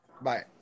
Bye